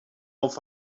auf